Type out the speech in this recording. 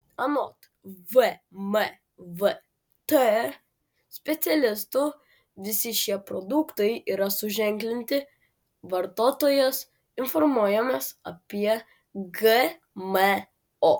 anot vmvt specialistų visi šie produktai yra suženklinti vartotojas informuojamas apie gmo